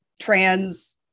trans